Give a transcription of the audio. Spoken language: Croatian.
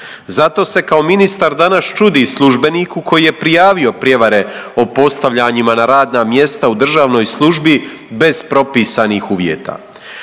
Zato se kao ministar danas čudi službeniku koji je prijavio prijevare o postavljanjima na radna mjesta u državnoj službi bez propisanih uvjeta.